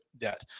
debt